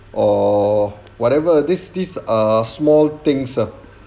or whatever this this uh small things ah